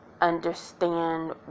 understand